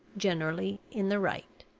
generally in the right.